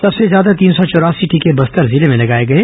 सबसे ज्यादा तीन सौ चौरासी टीके बस्तर जिले में लगाए गए